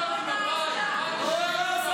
--- לא יעזור לכם.